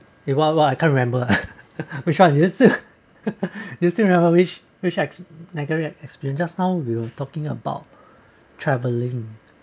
you want !wah! I can't remember which one is it still do you still remember which which acts negative experience just now we were talking about travelling